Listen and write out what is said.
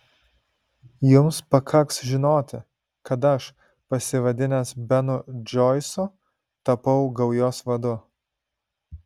jums pakaks žinoti kad aš pasivadinęs benu džoisu tapau gaujos vadu